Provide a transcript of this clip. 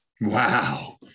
Wow